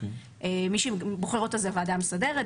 מי שבוחר אותה זו הוועדה המסדרת,